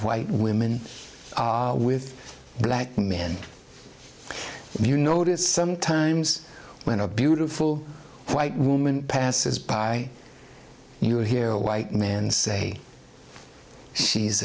white women with black men you notice sometimes when a beautiful white woman passes by you hear a white man say she's